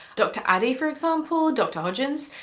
dr. addy, for example, dr. hodgins,